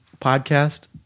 podcast